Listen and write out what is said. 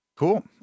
Cool